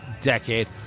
decade